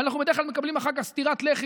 ואנחנו בדרך כלל מקבלים אחר כך סטירת לחי